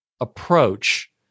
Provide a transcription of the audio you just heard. approach